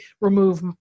remove